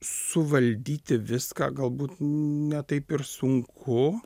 suvaldyti viską galbūt ne taip ir sunku